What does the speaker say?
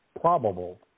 probable